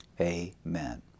amen